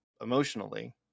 emotionally